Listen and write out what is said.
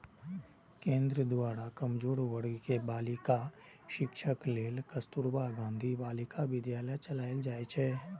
केंद्र द्वारा कमजोर वर्ग के बालिकाक शिक्षा लेल कस्तुरबा गांधी बालिका विद्यालय चलाएल जाइ छै